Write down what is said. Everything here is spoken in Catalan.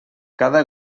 cada